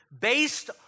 based